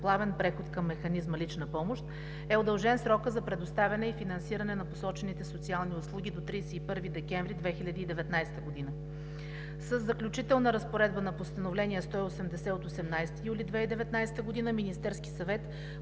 плавен преход към механизма „лична помощ“, е удължен срокът за предоставяне и финансиране на посочените социални услуги до 31 декември 2019 г. Със Заключителна разпоредба на Постановление № 180 от 18 юли 2019 г. Министерският съвет